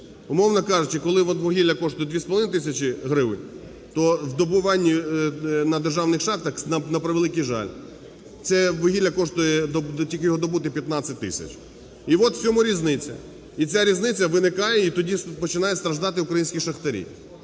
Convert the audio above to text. Умовно кажучи, коли вугілля коштує 2,5 тисячі гривень, то здобування на державних шахтах, на превеликий жаль, це вугілля коштує, тільки його добути, 15 тисяч. І от в цьому різниця. І ця різниця виникає, і тоді починають страждати українські шахтарі.